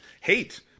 Hate